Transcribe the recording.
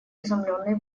изумленный